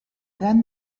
then